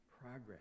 progress